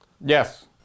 Yes